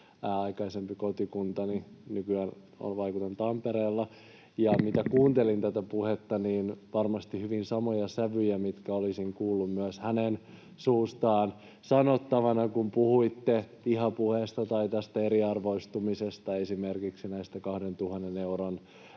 aikaisempi kotikuntani. Nykyään vaikutan Tampereella. Mitä kuuntelin tätä puhetta, niin oli varmasti hyvin samoja sävyjä kuin olisin kuullut myös hänen suustaan sanottuna, kun puhuitte vihapuheesta ja eriarvoistumisesta, esimerkiksi 2 000 euron